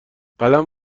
قلم